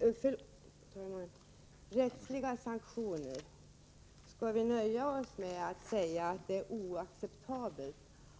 Så till frågan om rättsliga sanktioner. Skall vi nöja oss med att bara säga att det är oacceptabelt